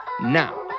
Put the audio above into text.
Now